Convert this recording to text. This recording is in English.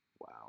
Wow